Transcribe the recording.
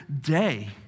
day